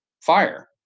fire